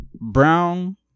Brown